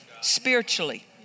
Spiritually